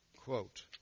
Quote